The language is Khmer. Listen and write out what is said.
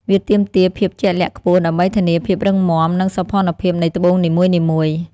វាទាមទារភាពជាក់លាក់ខ្ពស់ដើម្បីធានាភាពរឹងមាំ និងសោភ័ណភាពនៃត្បូងនីមួយៗ។